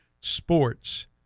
sports